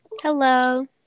Hello